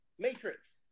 Matrix